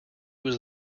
was